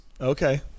Okay